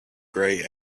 grey